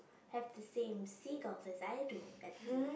have the same seagulls as I do at the